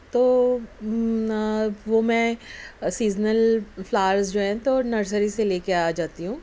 تو وہ میں سیزنل فلاورز تو نرسری سے لے کے آ جاتی ہوں